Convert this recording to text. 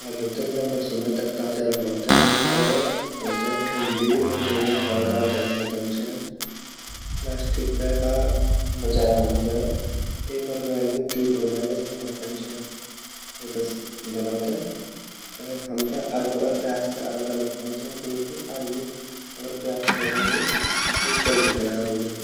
आलू ते लम्बा समय ते ताज़ा रखड़ों ते हमते ऊते ठंडी अँधेरी अर हवादार जगह मा धन चैन्ड प्लास्टिक बैगा बजाय हमते पेपर बैग या जुटो बैग इस्तेमाल कन चैन्ड वेते धनो ते, अर हमते अल्लूअर प्याज अलग-अलग धन चैन्ड किले की अल्लू अर प्याज दगडी जल्दी खराब वे जांदा।